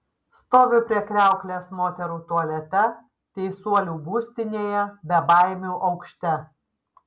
stoviu prie kriauklės moterų tualete teisuolių būstinėje bebaimių aukšte